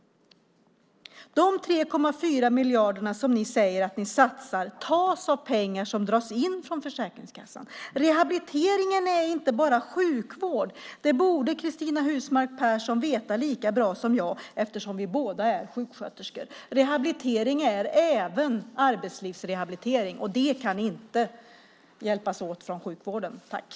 De 3,4 miljarder som ni säger att ni satsar tas av pengar som dras in från Försäkringskassan. Rehabiliteringen är inte bara sjukvård. Det borde Cristina Husmark Pehrsson veta lika bra som jag, eftersom vi båda är sjuksköterskor. Rehabilitering är även arbetslivsrehabilitering, och det kan inte sjukvården hjälpa till med.